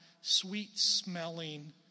sweet-smelling